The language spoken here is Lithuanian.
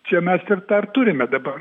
čia mes ir tą ir turime dabar